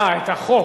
אה, את החוק.